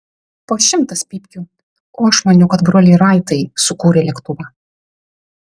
po šimtas pypkių o aš maniau kad broliai raitai sukūrė lėktuvą